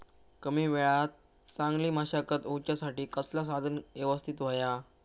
कमी वेळात चांगली मशागत होऊच्यासाठी कसला साधन यवस्तित होया?